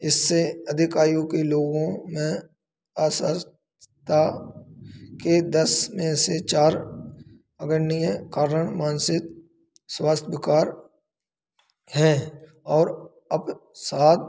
इससे अधिक आयु के लोगों में असहज ता के दस में से चार अग्रणीय कारण मानसिक स्वास्थ्य विकार हैं और अवसाद